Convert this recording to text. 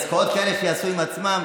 עסקאות כאלה שיעשו עם עצמם,